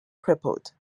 crippled